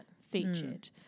featured